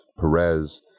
Perez